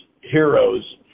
heroes